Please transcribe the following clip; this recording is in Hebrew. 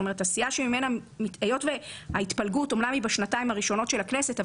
אומנם ההתפלגות היא בשנתיים הראשונות של הכנסת,